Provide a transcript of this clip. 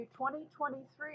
2023